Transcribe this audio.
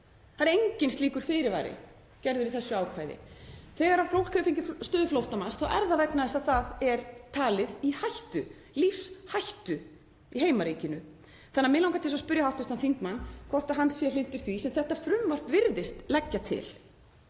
Það er enginn slíkur fyrirvari gerður í þessu ákvæði. Þegar fólk hefur fengið stöðu flóttamanns þá er það vegna þess að það er talið í hættu, í lífshættu í heimaríkinu. Mig langar því að spyrja hv. þingmann hvort hann sé hlynntur því sem þetta frumvarp virðist leggja til,